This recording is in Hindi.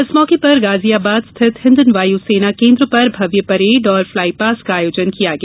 इस मौके पर गाजियाबाद स्थित हिंडन वायु सेना केन्द्र पर भव्य परेड और फ्लाईपास का आयोजन किया गया